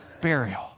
burial